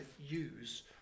use